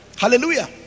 Hallelujah